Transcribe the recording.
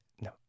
No